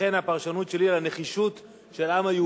אכן הפרשנות שלי לנחישות של העם היהודי,